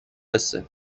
حسه